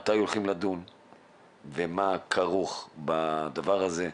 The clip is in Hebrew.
מתי עומדים לדון ומה כרוך בדבר הזה,